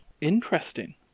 Interesting